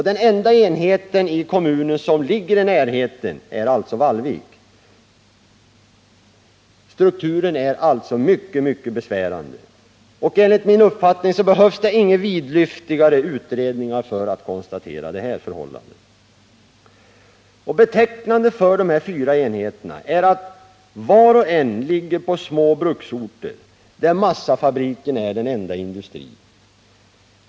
Den enda enheten i kommunen som ligger i närheten av detta är Vallvik. Strukturen är således mycket besvärande. Enligt min uppfattning behövs det ingen vidlyftigare utredning för att konstatera detta förhållande. Betecknande för dessa fyra enheter är att var och en av dem ligger på små bruksorter, där massafabriken är den enda industrin.